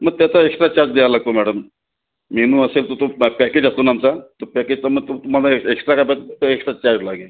मग त्याचा extra charge द्यावा लागतो मॅडम मेनू असेल तर तो बघा पॅकेज असतो ना आमचा तर पॅकेजचं मग तुम्हाला ए एक्स्ट्रा कॅपॅचं एक्स्ट्रा चार्ज लागेल